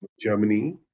germany